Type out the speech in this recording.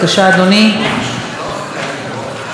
אחריו, חבר הכנסת מנחם אליעזר מוזס.